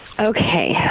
Okay